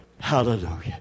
hallelujah